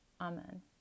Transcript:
Amen